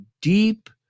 deep